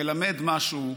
מלמדת משהו: